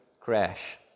crash